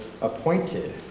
appointed